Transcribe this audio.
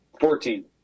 Fourteen